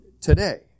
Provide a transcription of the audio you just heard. today